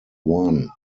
one